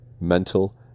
mental